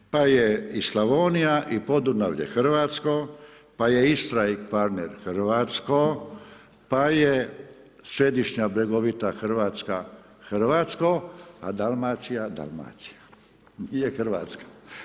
Pa je i Slavonija i Podunavlje hrvatsko, pa je Istra i Kvarner hrvatske, pa je središnja bregovita Hrvatska hrvatsko, a Dalmacija – Dalmacija, nije Hrvatska.